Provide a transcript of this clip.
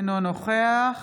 אינו נוכח